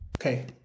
Okay